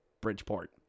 Bridgeport